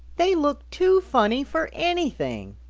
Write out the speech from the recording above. they look too funny for anything.